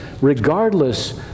regardless